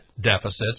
deficits